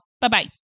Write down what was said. Bye-bye